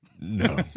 No